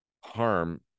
harm